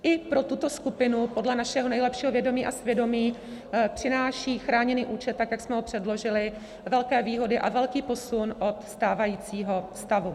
I pro tuto skupinu podle našeho nejlepšího vědomí a svědomí přináší chráněný účet, tak jak jsme ho předložili, velké výhody a velký posun od stávajícího stavu.